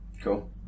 Cool